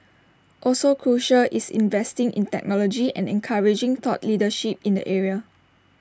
also crucial is investing in technology and encouraging thought leadership in the area